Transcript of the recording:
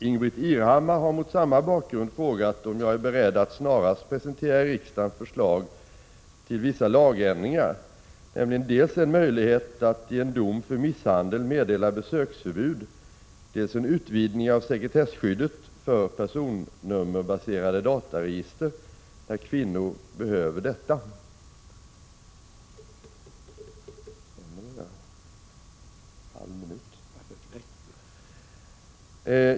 Ingbritt Irhammar har mot samma bakgrund frågat om jag är beredd att snarast presentera riksdagen förslag till vissa lagändringar, nämligen dels en möjlighet att i en dom för misshandel meddela besöksförbud, dels en utvidgning av sekretesskyddet för personnummerbaserade dataregister när kvinnor behöver detta.